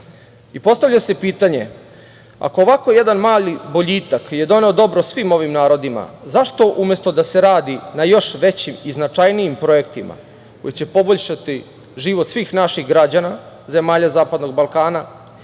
postavlja se pitanje – ako ovako jedan mali boljitak je doneo dobro svim ovim narodima, zašto umesto da se radi na još većim i značajnijim projektima koje će poboljšati život svih naših građana, zemalja zapadnog Balkana,